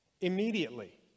Immediately